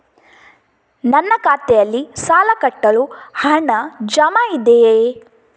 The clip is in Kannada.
ನನ್ನ ಖಾತೆಯಲ್ಲಿ ಸಾಲ ಕಟ್ಟಲು ಹಣ ಜಮಾ ಇದೆಯೇ?